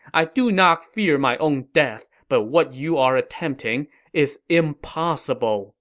i do not fear my own death, but what you are attempting is impossible